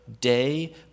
day